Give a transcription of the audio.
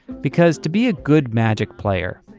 because to be a good magic player,